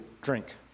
drink